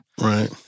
Right